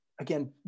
again